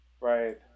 right